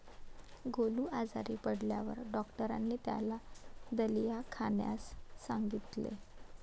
गोलू आजारी पडल्यावर डॉक्टरांनी त्याला दलिया खाण्यास सांगितले